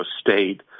state